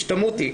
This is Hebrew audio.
שתמותי"